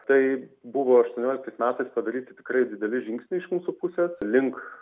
tai buvo aštuonioliktais metais padaryti tikrai dideli žingsniai iš mūsų pusės link